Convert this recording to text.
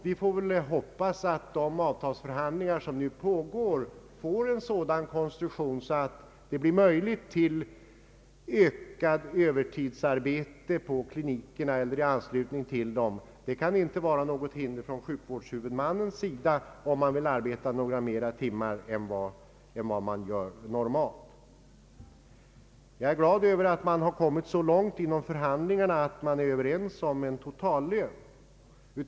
Vi får hoppas att de avtalsförhandlingar som nu pågår får en sådan konstruktion att det blir möjlighet till övertidsarbete på klinikerna eller i anslutning till dem för dem som så önskar. Det kan inte vara något hinder från sjukvårdshuvudmännens sida om någon vill arbeta några timmar utöver vad som sker normalt. Jag är glad över att dessa förhandlingar kommit så långt att man är överens om en totallön.